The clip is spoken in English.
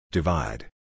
Divide